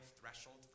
threshold